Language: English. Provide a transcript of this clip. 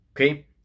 okay